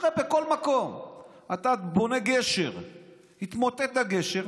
הרי בכל מקום אם אתה בונה גשר והתמוטט הגשר,